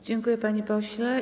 Dziękuję, panie pośle.